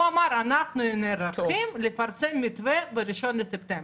הוא אמר: אנחנו נערכים לפרסם מתווה ב-1 בספטמבר.